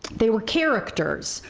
they were characters,